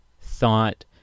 thought